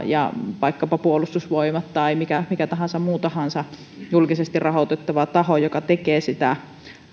ja vaikkapa puolustusvoimia tai mitä tahansa muuta julkisesti rahoitettavaa tahoa joka tekee